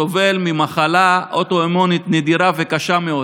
סובל ממחלה אוטואימונית נדירה וקשה מאוד